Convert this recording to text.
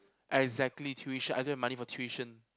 exactly tuition I don't have money for tuition